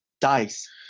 Dice